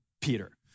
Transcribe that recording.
Peter